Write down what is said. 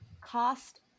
Cost